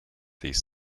these